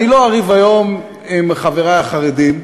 אני לא אריב היום עם חברי החרדים,